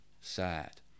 sad